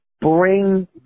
bring